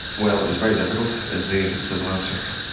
well, it was very difficult, is the simple answer.